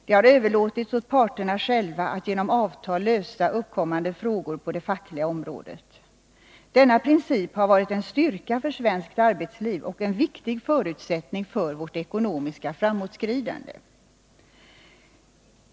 Det har överlåtits åt parterna själva att genom avtal lösa uppkommande frågor på det fackliga området. Denna princip har varit en styrka för svenskt arbetsliv och en viktig förutsättning för vårt ekonomiska framåtskridande.